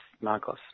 Marcos